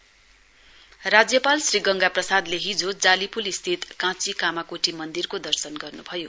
governor राज्यपाल श्री गंगा प्रसादले हिजो जालीपूल स्थित काँची कामाकोटी मन्दिरको दर्शन गर्नुभयो